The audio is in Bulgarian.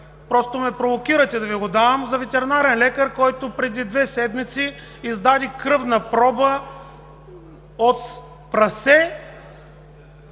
просто ме провокирате да Ви го дам, за ветеринарен лекар, който преди две седмици издаде кръвна проба от прасе